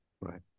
Right